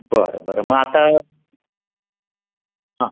बरं बरं मग आता हां